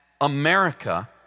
America